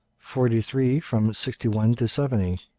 forty three from sixty-one to seventy,